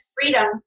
freedom